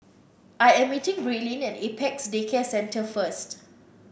I am meeting Braelyn at Apex Day Care Centre first